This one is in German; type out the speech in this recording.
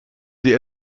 sie